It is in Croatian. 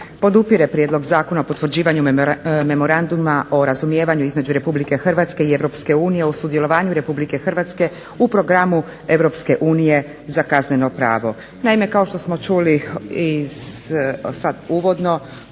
podupire prijedlog Zakona o potvrđivanju Memoranduma o razumijevanju između Republike Hrvatske i Europske unije o sudjelovanju Republike Hrvatske u Programu EU za Kazneno pravo. Naime, kao što smo čuli sad uvodno